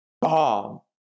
bomb